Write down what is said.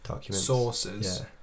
sources